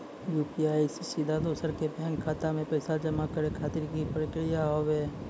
UPI से सीधा दोसर के बैंक खाता मे पैसा जमा करे खातिर की प्रक्रिया हाव हाय?